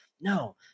no